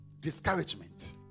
discouragement